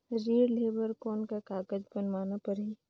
ऋण लेहे बर कौन का कागज बनवाना परही?